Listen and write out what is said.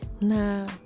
Now